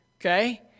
Okay